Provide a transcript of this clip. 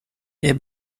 est